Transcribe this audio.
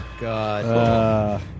god